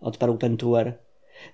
odparł pentuer